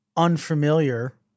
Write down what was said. unfamiliar